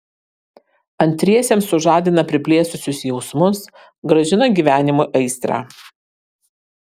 antriesiems sužadina priblėsusius jausmus grąžina gyvenimui aistrą